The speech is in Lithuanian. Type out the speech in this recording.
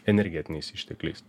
energetiniais ištekliais